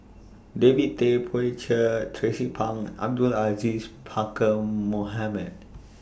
David Tay Poey Cher Tracie Pang Abdul Aziz Pakkeer Mohamed